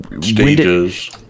stages